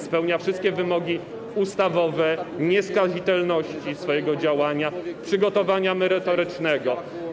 Spełnia wszystkie wymogi ustawowe: nieskazitelności swojego działania, przygotowania merytorycznego.